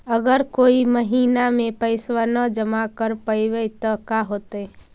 अगर कोई महिना मे पैसबा न जमा कर पईबै त का होतै?